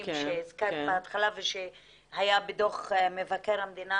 שהזכרת בהתחלה ושהיה בדוח מבקר המדינה,